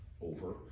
over